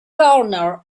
governor